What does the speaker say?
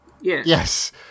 Yes